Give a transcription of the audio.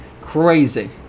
crazy